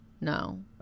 No